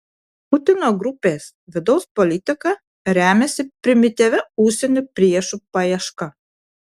putino grupės vidaus politika remiasi primityvia užsienio priešų paieška